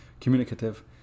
communicative